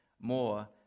more